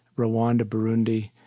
rwanda, burundi,